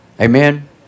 Amen